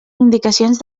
indicacions